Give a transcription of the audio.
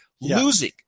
losing